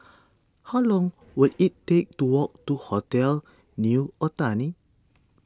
how long will it take to walk to Hotel New Otani